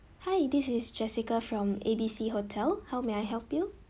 hi this is jessica from A B C hotel how may I help you